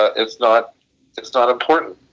ah it's not it's not important